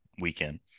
weekend